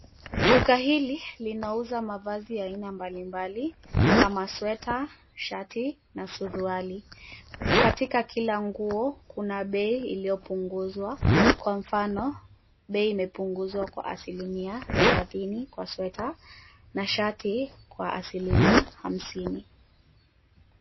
Duka hili linauza mavazi ya aina mbalimbali kama sweta, shati na suruali. Katika kila nguo, kuna bei iliyopunguzwa, kwa mfano, bei imepunguzwa kwa asilimia 30 kwa sweta na shati kwa asilimia 50 .